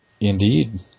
Indeed